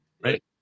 right